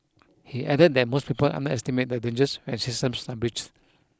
he added that most people underestimate the dangers when systems breach